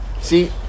see